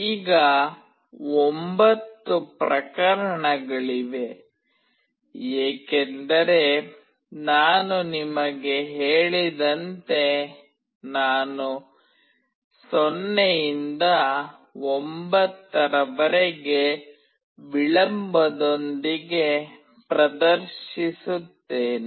ಈಗ 9 ಪ್ರಕರಣಗಳಿವೆ ಏಕೆಂದರೆ ನಾನು ನಿಮಗೆ ಹೇಳಿದಂತೆ ನಾನು 0 ರಿಂದ 9 ರವರೆಗೆ ವಿಳಂಬದೊಂದಿಗೆ ಪ್ರದರ್ಶಿಸುತ್ತೇನೆ